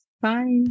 Bye